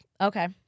okay